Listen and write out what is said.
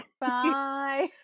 Bye